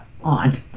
on